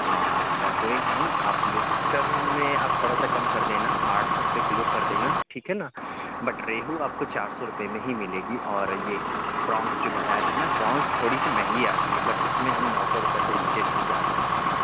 آ اچھا کوئی نہیں آپ لوسٹر میں آپ تھوڑا سا کم کر دینا آٹھ سو روپیے کلو کر دینا ٹھیک ہے نا بٹ ریہو آپ کو چار سو روپیے میں ہی ملے گی اور یہ پرانس جو بتایا تھا نا پرانس تھوڑی سی مہنگی آتی ہے بٹ اُس میں ہم نو سو روپیے سے نیچے نہیں جا سکتے ہیں